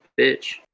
bitch